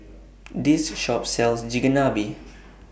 This Shop sells Chigenabe